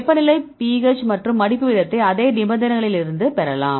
வெப்பநிலை pH மற்றும் மடிப்பு விகிதத்தை அதே நிபந்தனைகளில் இருந்து பெறலாம்